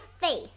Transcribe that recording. face